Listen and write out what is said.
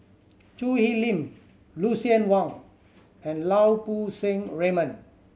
Choo Hwee Lim Lucien Wang and Lau Poo Seng Raymond